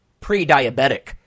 pre-diabetic